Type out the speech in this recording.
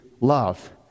love